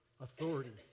authority